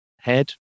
head